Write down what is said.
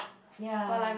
ya